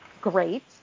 great